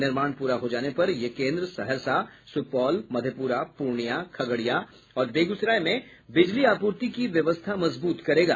निर्माण पूरा हो जाने पर यह केन्द्र सहरसा सुपौल मधेपुरा पूर्णियां खगड़िया और बेगूसराय में बिजली आपूर्ति की व्यवस्था मजबूत करेगा